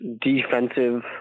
defensive